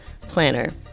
planner